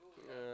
yeah